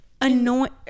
annoying